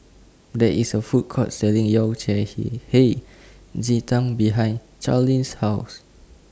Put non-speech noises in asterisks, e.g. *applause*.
There IS A Food Court Selling Yao Cai *unintelligible* Hei Ji Tang behind Charleen's House